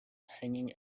hanging